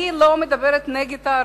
אני לא מדברת נגד הערבים.